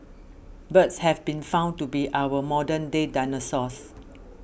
birds have been found to be our modern day dinosaurs